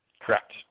Correct